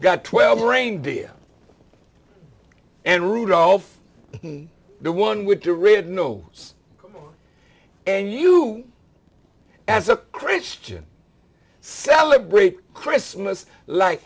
got twelve reindeer and rudolph the one with the rig no and you as a christian celebrate christmas like